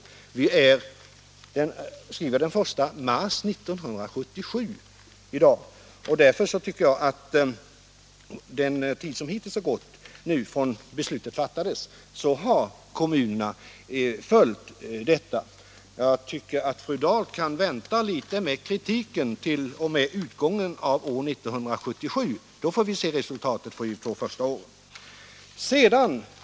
1 mars 1977 Vi skriver den 1 mars 1977 i dag, och under den tid som hittillshar I gått sedan beslutet fattades har kommunerna enligt min mening följt Om utbyggnaden av det. Jag tycker att fru Dahl kan vänta med kritiken till utgången av barnomsorgen 1977. Då får vi se resultatet från de två första åren.